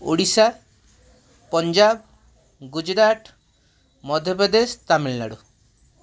Odisha Punjab Gujarat Madhya Pradesh Tamil Nadu